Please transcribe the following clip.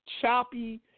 choppy